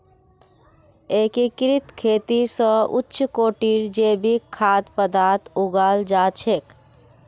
एकीकृत खेती स उच्च कोटिर जैविक खाद्य पद्दार्थ उगाल जा छेक